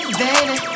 baby